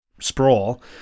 sprawl